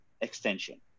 extension